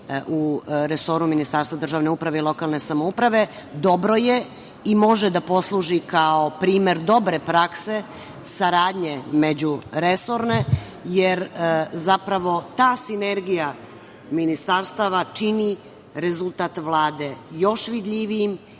u resoru Ministarstva državne uprave i lokalne samouprave, dobro je i može da posluži kao primer dobre prakse, saradnje međuresorne, jer zapravo ta sinergija ministarstava čini rezultat Vlade još vidljivijim